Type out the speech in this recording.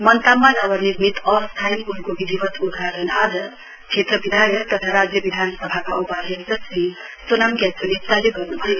मन्ताममा नवनिर्मित अस्थायी पूलको विधिवत् उद्घाटन आज क्षेत्र विधायक तथा राज्य विधानसभाका उपाध्यक्ष श्री सोनाम ग्याछो लेप्चाले गर्न्भयो